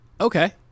Okay